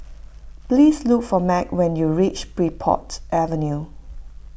please look for Meg when you reach Bridport Avenue